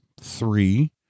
three